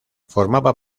formaba